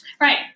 Right